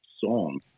song